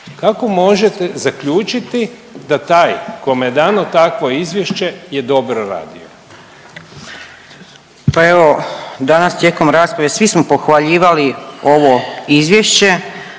kako možete zaključiti da taj kome je dano tako izvješće je dobro radio? **Zmaić, Ankica (HDZ)** Pa evo danas tijekom rasprave svi smo pohvaljivali ovo izvješće